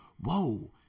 whoa